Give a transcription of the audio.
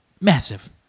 massive